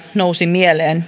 nousi mieleen